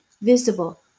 visible